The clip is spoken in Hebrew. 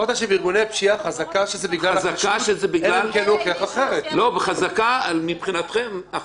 אני יכול להחליט או להכניס את זה או להתעלם מזה